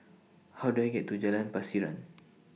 How Do I get to Jalan Pasiran